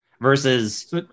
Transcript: Versus